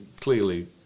clearly